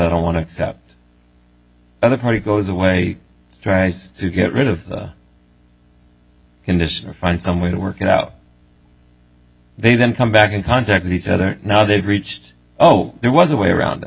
don't want to accept either party goes away tries to get rid of the condition or find some way to work it out they then come back in contact with each other now they've reached oh there was a way around it